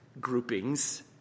groupings